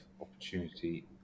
opportunity